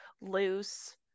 loose